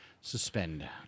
suspend